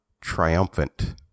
Triumphant